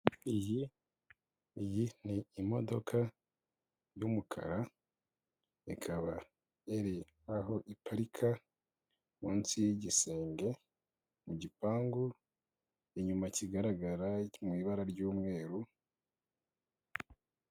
Iyi iyi ni imodoka y'umukara ikaba yariri aho iparika munsi y'igisenge mu gipangu, inyuma kigaragara mu ibara ry'umweru.